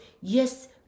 yes